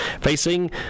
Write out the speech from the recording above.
Facing